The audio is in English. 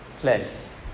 place